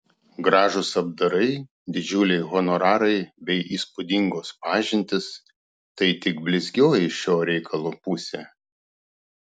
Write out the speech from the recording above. gražūs apdarai didžiuliai honorarai bei įspūdingos pažintys tai tik blizgioji šio reikalo pusė